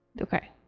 Okay